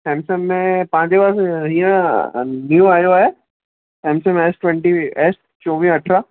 Samsung में तव्हांजे लाइ ईअं ॿियो आयो आहे सैमसंग एस ट्वैंटी एस चोवीह अठरहा